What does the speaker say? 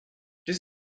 this